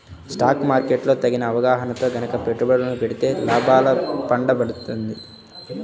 stock market లో తగిన అవగాహనతో గనక పెట్టుబడులను పెడితే లాభాల పండ పండుతుంది